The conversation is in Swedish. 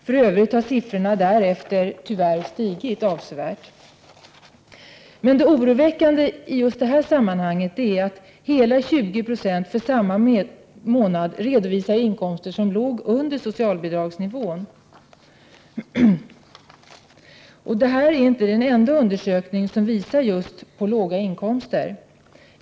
För övrigt har siffrorna, tyvärr, stigit avsevärt därefter. Det oroväckande i just detta sammanhang är dock att hela 20 90 av hushållen under samma månad redovisar inkomster under socialbidragsnivån. Den här undersökningen är inte den enda som visar just på låga inkomster.